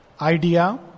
Idea